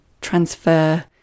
transfer